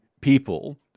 people